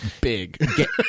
big